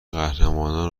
قهرمانان